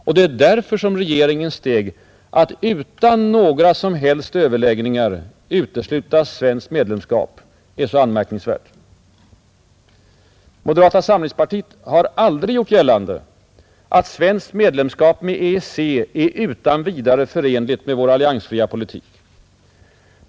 Och det är därför som regeringens steg att utan några som helst överläggningar utesluta svenskt medlemskap är så anmärkningsvärt. Moderata samlingspartiet har aldrig gjort gällande att svenskt medlemskap i EEC är utan vidare förenligt med vår alliansfria politik.